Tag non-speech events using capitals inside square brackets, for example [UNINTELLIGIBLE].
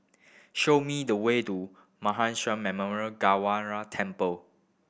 show me the way to Mahan [UNINTELLIGIBLE] Memorial Gurdwara Temple